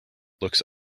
looks